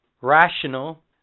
rational